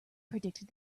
predicted